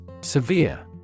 Severe